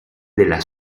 della